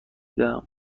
دهم